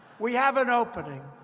we have an opening.